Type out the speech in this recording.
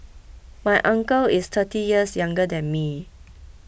my uncle is thirty years younger than me